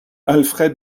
alfred